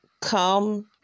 come